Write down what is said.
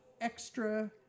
extra